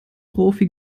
profi